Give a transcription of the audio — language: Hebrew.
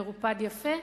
מרופד יפה,